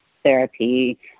therapy